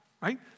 right